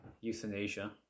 euthanasia